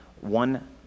one